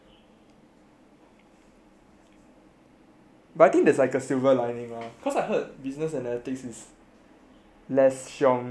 but I think there's like a silver lining lah cause I heard business analytics is less shiong than computer science